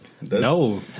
No